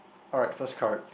alright first card